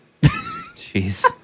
Jeez